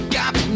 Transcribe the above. got